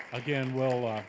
again, well, ah